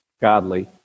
godly